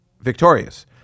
Victorious